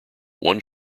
one